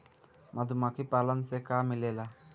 मधुमखी पालन से का मिलेला?